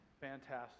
Fantastic